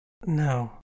No